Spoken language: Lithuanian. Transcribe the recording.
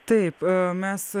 taip mes